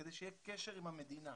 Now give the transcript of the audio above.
כדי שיהיה קשר עם המדינה.